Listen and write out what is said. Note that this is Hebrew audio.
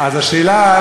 אז השאלה,